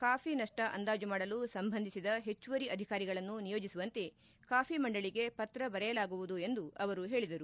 coffee ನಷ್ಟ ಅಂದಾಜು ಮಾಡಲು ಸಂಬಂಧಿಸಿದ ಹೆಚ್ಚುವರಿ ಅಧಿಕಾರಿಗಳನ್ನು ನಿಯೋಜಿಸುವಂತೆ ಕಾಫಿ ಮಂಡಳಿಗೆ ಪತ್ರ ಬರೆಯಲಾಗುವುದು ಎಂದು ಹೇಳಿದರು